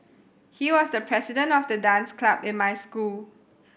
he was the president of the dance club in my school